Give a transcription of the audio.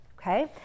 okay